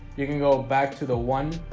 you can go back to the one